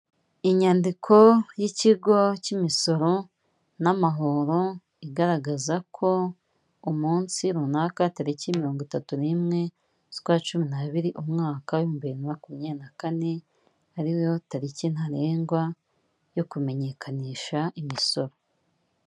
Inyandiko y'ikigo cy'imisoro n'amahoro igaragaza ko umunsi runaka tariki mirongo itatu n'imwe z'ukwa cumi n'abiri, umwaka w'ibihumbi bibiri na makumyabiri na kane, ariwe tariki ntarengwa yo kumenyekanisha imisoro.